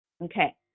Okay